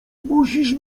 musisz